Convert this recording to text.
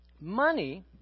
Money